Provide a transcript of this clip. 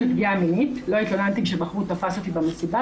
פגיעה מינית: "לא התלוננתי כשבחור תפס אותי במסיבה